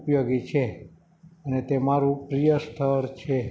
ઉપયોગી છે અને તે મારું પ્રિય સ્થળ છે